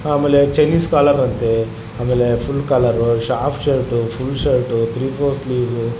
ಆಮೇಲೆ ಚೈನೀಸ್ ಕಾಲರಂತೆ ಆಮೇಲೆ ಫುಲ್ ಕಾಲರು ಶಾಫ್ ಶರ್ಟು ಫುಲ್ ಶರ್ಟು ತ್ರೀ ಫೋಸ್ ಸ್ಲೀವು